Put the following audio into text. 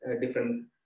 different